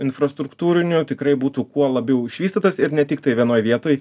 infrastruktūrinių tikrai būtų kuo labiau išvystytas ir ne tik tai vienoj vietoj